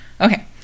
Okay